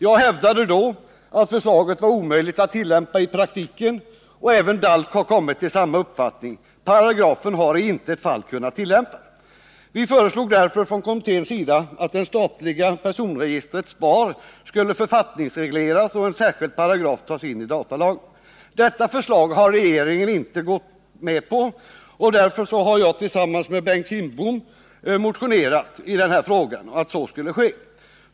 Jag hävdade då att förslaget var omöjligt att tillämpa i praktiken, och även DALK har kommit till samma uppfattning. Paragrafen har i intet fall kunnat tillämpas. Vi föreslog därför från kommitténs sida att det statliga personregistret, SPAR, skulle författningsregleras och att en särskild paragraf skulle tas in i datalagen. Detta förslag har regeringen inte gått med på, och därför har jag tillsammans med Bengt Kindbom motionerat i denna fråga att så skulle ske.